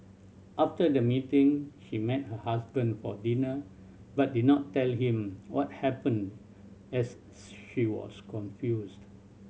after the meeting he met her husband for dinner but did not tell him what happened as she was confused